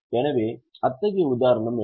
எனவே அத்தகைய உதாரணம் என்ன